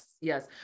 yes